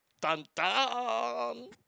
Dun-dun